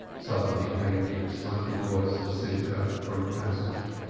suddenly came the excited voice of simcha from the passage.